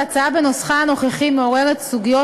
ההצעה בנוסחה הנוכחי מעוררת סוגיות